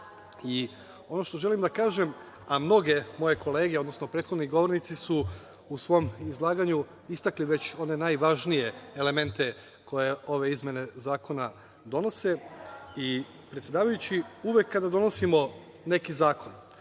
i ono što želim da kažem, a mnoge moje kolege, odnosno prethodni govornici su u svom izlaganju istakli one najvažnije elemente koje izmene zakona donose. Predsedavajući uvek kada donosimo neki zakon